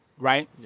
Right